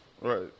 Right